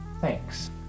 Thanks